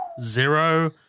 Zero